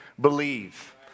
Believe